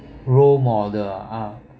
role model ah